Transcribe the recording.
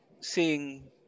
seeing